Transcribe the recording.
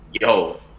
yo